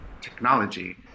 technology